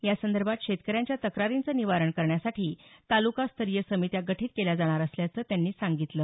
या संदर्भात शेतकऱ्यांच्या तक्रारींचं निवारण करण्यासाठी या तालुकास्तरीय समित्या गठित केल्या जाणार असल्याच त्यांनी सांगितलं